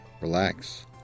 relax